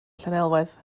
llanelwedd